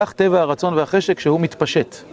כך טבע הרצון והחשק שהוא מתפשט